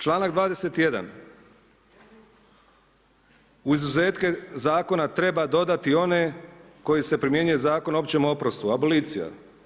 Članak 21. u izuzetke zakona treba dodati one na koje se primjenjuje Zakon o općem oprostu, abolicija.